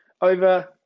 over